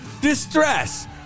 distress